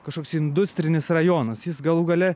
kažkoks industrinis rajonas jis galų gale